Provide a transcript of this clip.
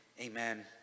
Amen